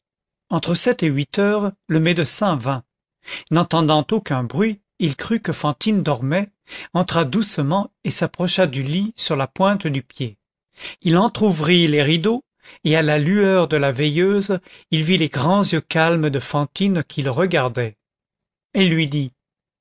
entre sept et huit heures le médecin vint n'entendant aucun bruit il crut que fantine dormait entra doucement et s'approcha du lit sur la pointe du pied il entrouvrit les rideaux et à la lueur de la veilleuse il vit les grands yeux calmes de fantine qui le regardaient elle lui dit